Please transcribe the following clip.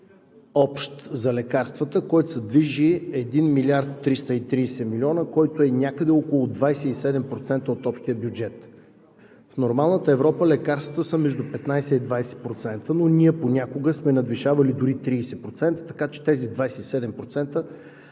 общ за лекарствата, който се движи 1 млрд. 330 млн., който е някъде около 27% от общия бюджет. В нормалната Европа лекарствата са между 15 и 20%, но ние понякога сме надвишавали дори 30%, така че тези 27%